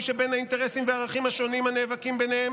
שבין האינטרסים והערכים השונים הנאבקים ביניהם,